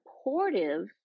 supportive